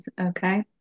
Okay